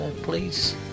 please